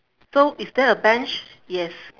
so is there a bench yes